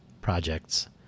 projects